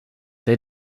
they